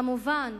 כמובן,